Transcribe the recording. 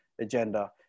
agenda